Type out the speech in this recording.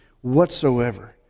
whatsoever